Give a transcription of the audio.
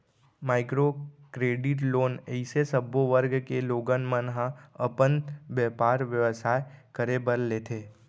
micro credit loan अइसे सब्बो वर्ग के लोगन मन ह अपन बेपार बेवसाय करे बर लेथे